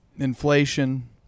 Inflation